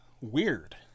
Weird